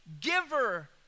giver